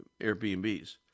Airbnbs